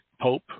Pope